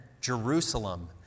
Jerusalem